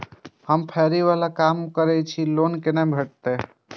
हम फैरी बाला काम करै छी लोन कैना भेटते?